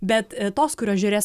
bet tos kurios žiūrės